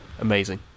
Amazing